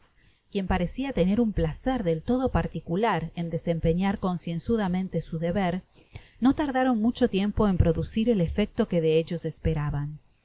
quien parecia tener un placer del todo particular en desempeñar concienzudamente su deber no tardaron mucho tiempo en producir el efecto que de ellos esperaban